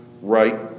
right